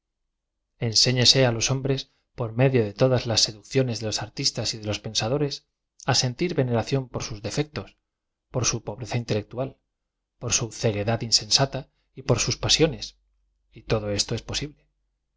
enséñese á los hombres por medio de todas las se ducciones de los artistas y de los pensadores á sentir veneración por sus defectos por su pobreza intelec tual por bu ceguedad insensata y por sus pasiones j todo esto es poaible re vé